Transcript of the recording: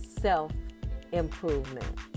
self-improvement